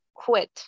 quit